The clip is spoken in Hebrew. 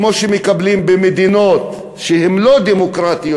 כמו שמקבלים במדינות שהן לא דמוקרטיות,